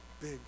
big